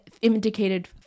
indicated